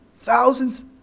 Thousands